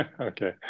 okay